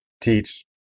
teach